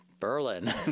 Berlin